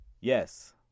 Yes